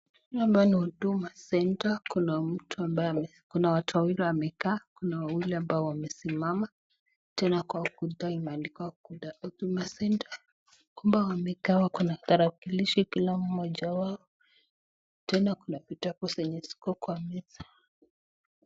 Hii ni Huduma Center . Kuna mtu, kuna watu wawili wamekaa, kuna wawili ambao wamesimama. Tena kwa ukuta imeandikwa ukuta, Huduma Center . Kumbe wamekaa kama wawakilishi kila mmoja wao. Tena kuna vitabu zenye ziko kwa meza.